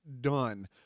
done